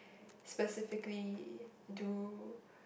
specifically do